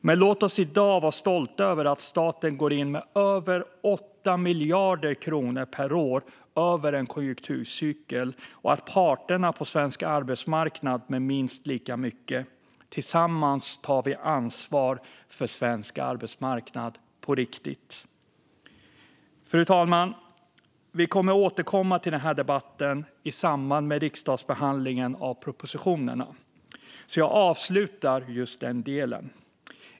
Men låt oss i dag vara stolta över att staten går in med över 8 miljarder kronor per år över en konjunkturcykel och att parterna på svensk arbetsmarknad går in med minst lika mycket. Tillsammans tar vi ansvar för svensk arbetsmarknad på riktigt. Fru talman! Vi kommer att återkomma till den här debatten i samband med riksdagsbehandlingen av propositionerna, så jag avslutar den delen.